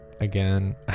again